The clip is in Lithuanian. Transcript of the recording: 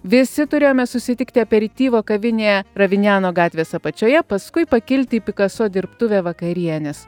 visi turėjome susitikti aperityvo kavinėje ravinjano gatvės apačioje paskui pakilti į pikaso dirbtuvę vakarienės